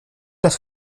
das